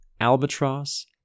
albatross